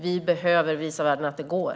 Vi behöver visa världen att det går.